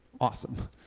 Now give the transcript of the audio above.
Awesome